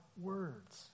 words